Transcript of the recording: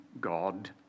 God